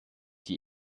die